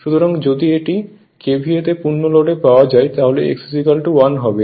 সুতরাং যদি এটি KVA তে পূর্ণ লোড এ পাওয়া যায় তাহলে x 1 হবে